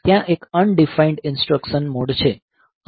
ત્યાં એક undefined instruction mode છે